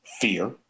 fear